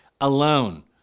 alone